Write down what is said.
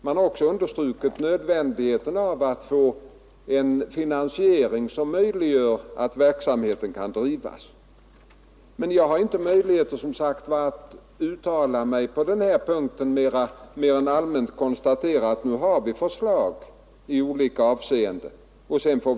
Man har också understrukit nödvändigheten av att få en finansiering som säkrar att verksamheten kan drivas. Men jag har som sagt inte möjlighet att gå in på enskildheter utan konstaterar allmänt att vi nu har fått förslag till lösningar.